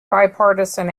bipartisan